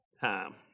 time